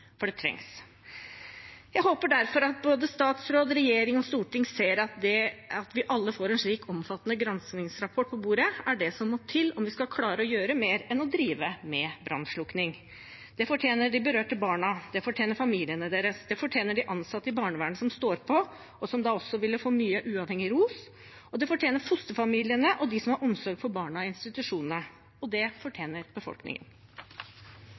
for det trengs. Jeg håper derfor både statsråd, regjering og storting ser at det at vi får en slik omfattende granskningsrapport på bordet, er det som må til om vi skal klare å gjøre mer enn å drive med brannslukking. Det fortjener de berørte barna, det fortjener familiene deres, det fortjener de ansatte i barnevernet, som står på, og som da også ville få mye uavhengig ros, det fortjener fosterfamiliene og de som har omsorg for barna i institusjonene, og det fortjener befolkningen.